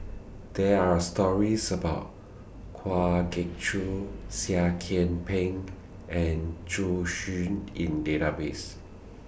There Are stories about Kwa Geok Choo Seah Kian Peng and Zhu Xu in Database